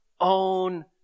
own